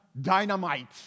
dynamite